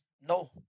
No